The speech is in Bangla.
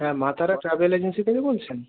হ্যাঁ মা তারা ট্রাভেল এজেন্সি থেকে বলছেন